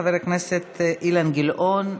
חבר הכנסת אילן גילאון,